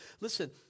listen